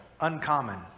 uncommon